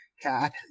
Cat